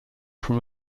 from